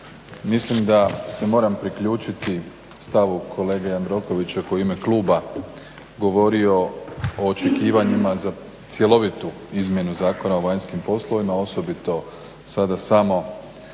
mislim da se moram priključiti stavu kolege Jandrokovića koji je u ime kluba govorio o očekivanjima za cjelovitu izmjenu Zakona o vanjskim poslovima, osobito sada samo